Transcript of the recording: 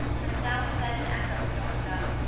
and now and then an echo started up,